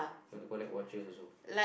want to collect watches also